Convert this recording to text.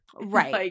Right